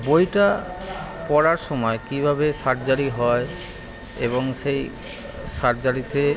বইটা পড়ার সময় কীভাবে সার্জারি হয় এবং সেই সার্জারিতে